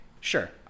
sure